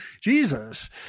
Jesus